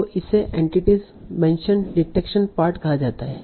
तो इसे entity mention detection part कहा जाता है